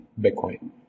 Bitcoin